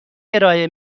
ارائه